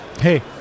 Hey